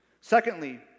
Secondly